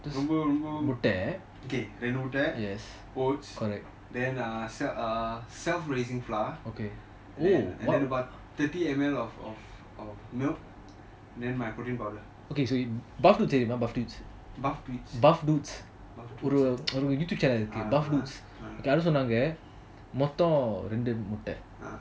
ரொம்ப ரொம்ப:romba romba okay ரெண்டு முட்ட:rendu mutta oats then uh self raising flour then about thirty ml of of milk and then my protein powder buff dudes uh uh